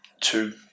two